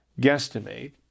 guesstimate